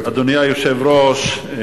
אדוני היושב-ראש,